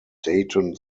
dayton